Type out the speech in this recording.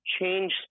change